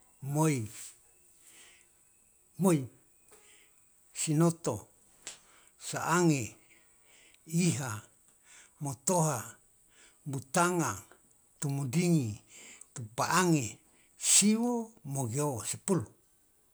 Moi moi sinoto saange iha motoha butanga tumdingi tupaange siwo mogiowo sepuluh